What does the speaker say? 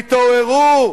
תתעוררו,